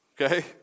okay